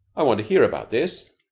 i want to hear about this.